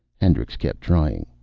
hendricks kept trying.